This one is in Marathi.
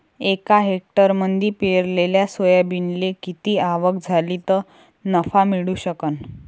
एका हेक्टरमंदी पेरलेल्या सोयाबीनले किती आवक झाली तं नफा मिळू शकन?